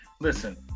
Listen